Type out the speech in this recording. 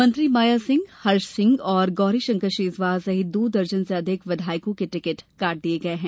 मंत्री माया सिंह हर्ष सिंह और गौरीशंकर शेजवार सहित दो दर्जन से अधिक विधायकों के टिकट काट दिए गये है